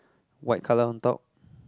white colour on top